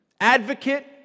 advocate